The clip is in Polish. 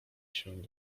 się